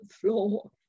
floor